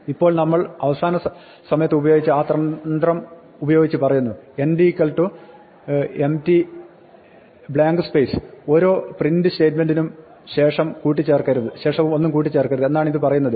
ഇപ്പോൾ നമ്മൾ അവസാന സമയത്ത് ഉപയോഗിച്ച ആ തന്ത്രം ഉപയോഗിച്ച് പറയുന്നു end "" ഓരോ പ്രിന്റ് സ്റ്റേറ്റ്മെന്റിന് ശേഷവും ഒന്നും കൂട്ടിച്ചേർക്കരുത് എന്നാണ് ഇത് പറയുന്നത്